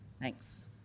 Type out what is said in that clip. Thanks